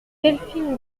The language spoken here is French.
delphine